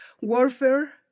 Warfare